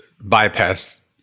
bypass